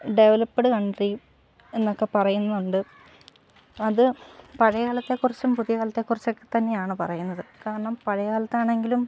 developed country എന്നൊക്കെ പറയുന്നുണ്ട് അപ്പം അത് പഴയകാലത്തെക്കുറിച്ചും പുതിയകാലത്തെക്കുറിച്ചൊക്കെ തന്നെയാണ് പറയുന്നത് കാരണം പഴയ കാലത്താണെങ്കിലും